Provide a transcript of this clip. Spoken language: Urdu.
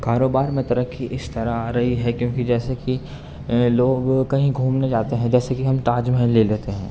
کاروبار میں ترقّی اس طرح آ رہی ہے کیونکہ جیسے کہ لوگ کہیں گھومنے جاتے ہیں جیسے کہ ہم تاج محل لے لیتے ہیں